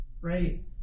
right